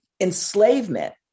enslavement